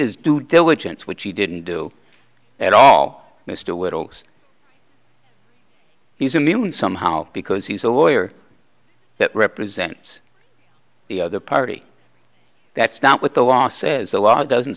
his due diligence which he didn't do at all mr wilkes he's immune somehow because he's a lawyer that represents the other party that's not what the law says the law doesn't